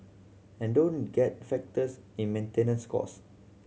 and don't get factors in maintenance cost